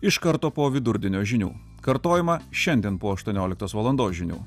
iš karto po vidurdienio žinių kartojimą šiandien po aštuonioliktos valandos žinių